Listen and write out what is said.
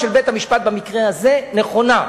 ההחלטה של בית-המשפט במקרה הזה נכונה.